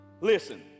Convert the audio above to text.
Listen